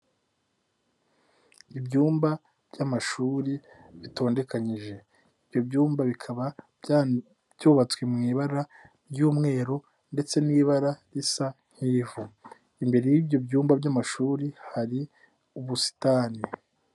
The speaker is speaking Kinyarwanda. Ibyumba by'amashuri bitondekanyije. Ibyo byumba bikaba byubatswe mu ibara ry'umweru ndetse n'ibara risa nk'ivu. Imbere y'ibyo byumba by'amashuri, hari ubusitani.